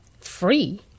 Free